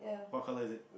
what colour is it